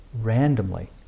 randomly